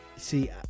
see